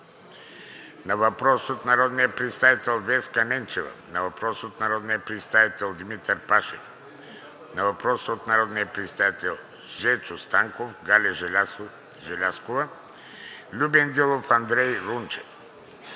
на въпрос от народния представител Веска Ненчева; на въпрос от народния представител Димитър Пашев; на въпрос от народните представители Жечо Станков, Галя Желязкова, Любен Дилов и Андрей Рунчев;